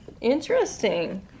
Interesting